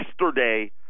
yesterday